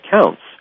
counts